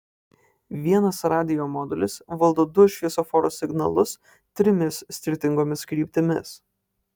vienas radijo modulis valdo du šviesoforo signalus trimis skirtingomis kryptimis